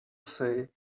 say